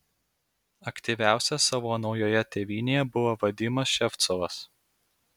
aktyviausias savo naujoje tėvynėje buvo vadimas ševcovas